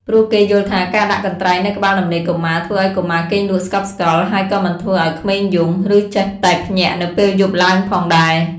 ព្រោះគេយល់ថាការដាក់កន្ត្រៃនៅក្បាលដំណេកកុមារធ្វើឲ្យកុមារគេងលក់ស្កប់ស្កល់ ហើយក៏មិនធ្វើឱ្យក្មេងយំ ឬចេះតែភ្ញាក់នៅពេលយប់ឡើងផងដែរ។